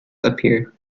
appear